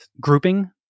grouping